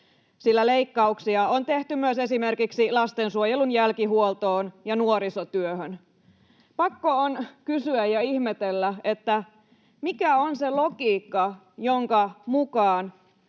sillä leikkauksia on tehty myös esimerkiksi lastensuojelun jälkihuoltoon ja nuorisotyöhön. Pakko on kysyä ja ihmetellä, mikä on se logiikka, jonka mukaan